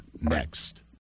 next